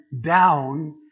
down